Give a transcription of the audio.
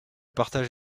partage